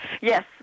yes